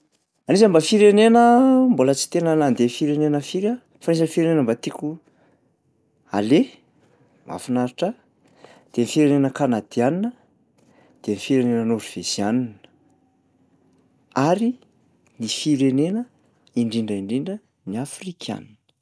Anisan'ny mba firenena, mbola tsy tena nandeha firenena firy aho fa anisan'ny firenena mba tiako aleha, mahafinaritra ahy de ny firenena kanadiana de ny firenena nôrveziana, ary ny firenena indrindra indrindra ny afrikana.